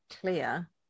clear